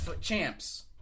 champs